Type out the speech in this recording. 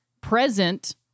present